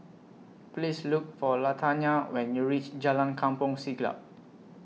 Please Look For Latanya when YOU REACH Jalan Kampong Siglap